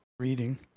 reading